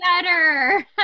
better